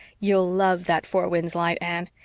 you'll love that four winds light, anne.